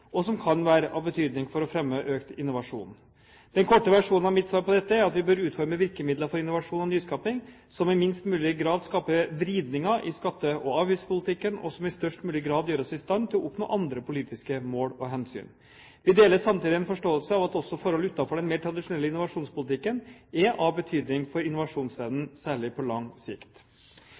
og som kan være av betydning for å fremme økt innovasjon. Den korte versjonen av mitt svar på dette er at vi bør utforme virkemidler for innovasjon og nyskaping som i minst mulig grad skaper vridninger i skatte- og avgiftspolitikken, og som i størst mulig grad gjør oss i stand til å oppnå andre politiske mål og hensyn. Vi deler samtidig en forståelse av at også forhold utenfor den mer tradisjonelle innovasjonspolitikken er av betydning for innovasjonsevnen, særlig på lang sikt.